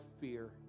fear